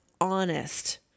honest